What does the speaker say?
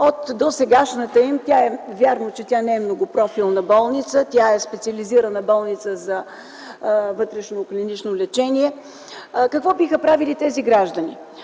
от досегашната им, вярно, че тя не е многопрофилна, специализирана болница за вътрешноклинично лечение. Какво биха правили тези граждани?